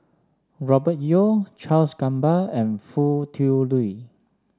Robert Yeo Charles Gamba and Foo Tui Liew